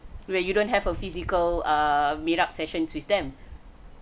where you don't have a physical err meet up sessions with them